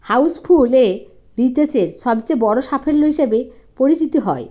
Housefull এ রীতেশের সবচেয়ে বড় সাফল্য হিসেবে পরিচিতি হয়